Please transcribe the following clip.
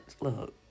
Look